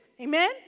Amen